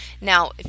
Now